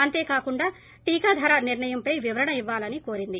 అంతేకాకుండా టీకా ధర నిర్లయంపై వివరణ ఇవ్వాలని కోరింది